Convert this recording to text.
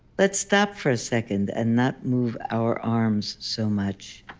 let's stop for a second, and not move our arms so much.